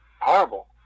horrible